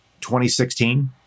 2016